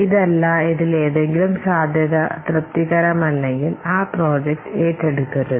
ഇതല്ല ഇതിൽ ഏതെങ്കിലും സാധ്യത തൃപ്തികരമല്ലെങ്കിൽ ആ പ്രോജക്ട് ഏറ്റെടുകരുത്